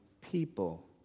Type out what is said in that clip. people